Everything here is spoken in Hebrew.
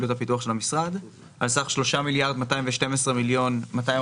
פעילות הפיתוח של המשרד על סך 3.212.240 מיליארד,